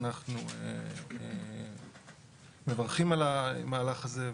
ואנחנו מברכים על המהלך הזה.